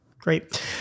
Great